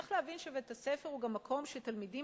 צריך להבין שבית-הספר הוא גם מקום שתלמידים